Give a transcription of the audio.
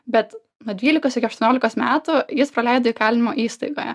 bet nuo dvylikos iki aštuoniolikos metų jis praleido įkalinimo įstaigoje